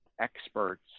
experts